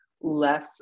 less